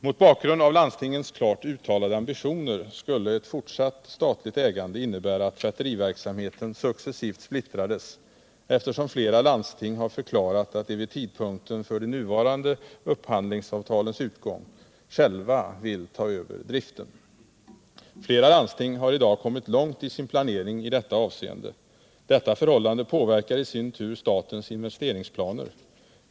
Mot bakgrund av landstingens klart uttalade ambitioner skulle ett fortsatt statligt ägande innebära att tvätteriverksamheten successivt splitt 111 rades, eftersom flera landsting har förklarat att de vid tidpunkten för de nuvarande avtalens utgång själva vill ta över driften. Flera landsting har i dag kommit långt i sin planering i detta avseende. Det förhållandet påverkar i sin tur statens investeringsplaner.